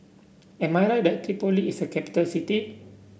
am I right that Tripoli is a capital city